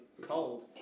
cold